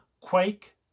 quake